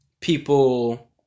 people